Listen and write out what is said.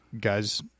guys